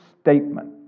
statement